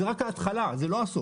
זו רק ההתחלה, זה לא הסוף.